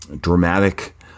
dramatic